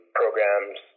programs